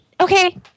okay